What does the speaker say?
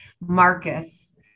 Marcus